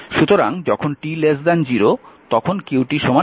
সুতরাং যখন t 0 তখন q 0